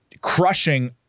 crushing